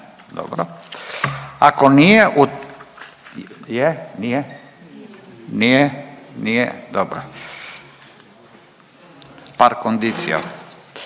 Ako nije u…, je, nije? Nije, nije, dobro. Par kondicija.